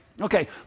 Okay